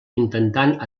intentant